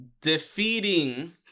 defeating